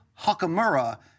Hakamura